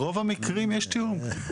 ברוב המקרים יש תיאום.